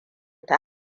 ta